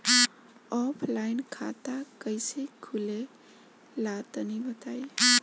Offline खाता कइसे खुले ला तनि बताई?